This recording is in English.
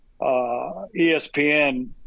ESPN